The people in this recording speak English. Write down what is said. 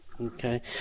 okay